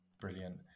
Brilliant